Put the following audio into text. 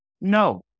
No